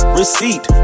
receipt